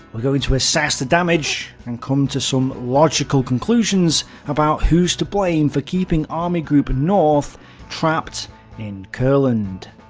we're going to assess the damage and come to some logical conclusions about who's to blame for keeping army group north trapped in courland.